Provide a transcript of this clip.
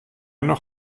noch